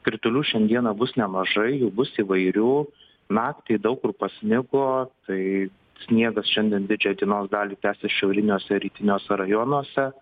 kritulių šiandieną bus nemažai jų bus įvairių naktį daug kur pasnigo tai sniegas šiandien didžiąją dienos dalį tęsis šiauriniuose rytiniuose rajonuose